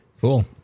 Cool